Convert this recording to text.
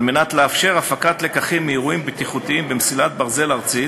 ועל מנת לאפשר הפקת לקחים מאירועים בטיחותיים במסילת ברזל ארצית,